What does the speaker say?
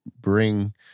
bring